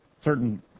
certain